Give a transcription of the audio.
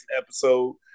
episode